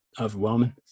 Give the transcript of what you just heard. overwhelming